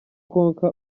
konka